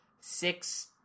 Six